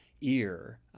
ear